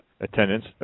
attendance